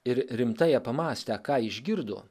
ir rimtai apamąstę ką išgirdo